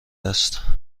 است